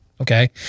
okay